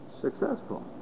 successful